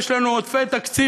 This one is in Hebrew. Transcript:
יש לנו עודפי תקציב,